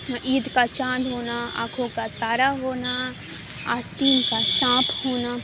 عید کا چاند ہونا آنکھوں کا تارہ ہونا آستین کا سانپ ہونا